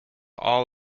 all